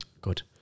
Good